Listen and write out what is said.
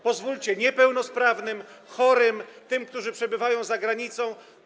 Pozwólcie niepełnosprawnym, chorym, tym, którzy przebywają za granicą.